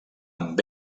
amb